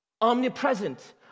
omnipresent